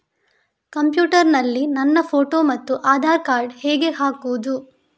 Computer ನಲ್ಲಿ ನನ್ನ photo ಮತ್ತು ಆಧಾರ್ ಕಾರ್ಡ್ ಹೇಗೆ ಹಾಕುವುದು?